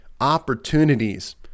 opportunities